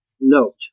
note